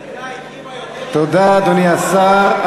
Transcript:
תודה, אדוני השר.